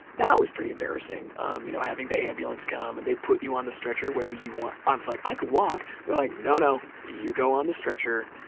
that was pretty embarrassing um you know having the ambulance come and they put you on the stretcher whether you want, i was like i can walk. they're like, no, no, you go on the stretcher.